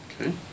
Okay